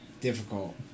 difficult